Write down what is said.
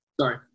Sorry